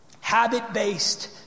habit-based